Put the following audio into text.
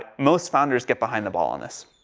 ah most founders get behind the ball on this.